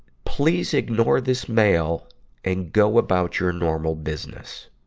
please ignore this mail and go about your normal business.